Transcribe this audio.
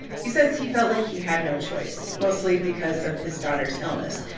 he says he felt like he had no choice, mostly because of his daughter's illness.